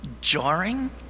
jarring